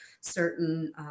certain